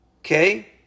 Okay